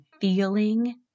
feeling